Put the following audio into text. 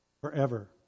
Forever